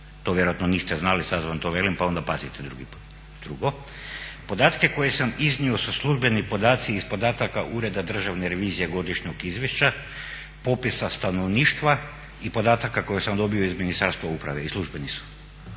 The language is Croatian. To vjerojatno niste znali, sad vam to velim pa onda pazite drugi put. Drugo, podatke koje sam iznio su službeni podaci iz podataka Ureda državne revizije godišnjeg izvješća, popisa stanovništva i podataka koje sam dobio iz Ministarstva uprave i službeni su.